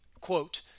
Quote